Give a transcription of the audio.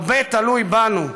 הרבה תלוי בנו.